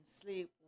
sleep